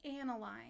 analyze